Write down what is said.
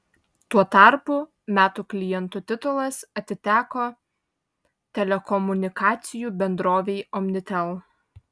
tuo tarpu metų klientų titulas atiteko telekomunikacijų bendrovei omnitel